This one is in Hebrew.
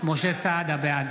בעד